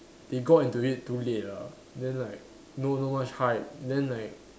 they got into it too late ah then like no not much hype then like